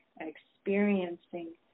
experiencing